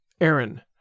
Aaron